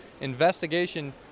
investigation